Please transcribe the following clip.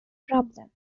problem